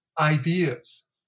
ideas